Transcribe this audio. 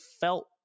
felt